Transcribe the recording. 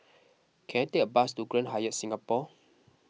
can I take a bus to Grand Hyatt Singapore